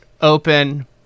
Open